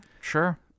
Sure